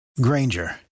granger